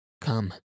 Come